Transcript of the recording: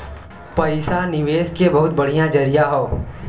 पइसा निवेस के बहुते बढ़िया जरिया हौ